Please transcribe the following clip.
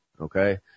okay